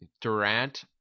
Durant